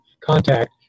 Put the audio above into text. contact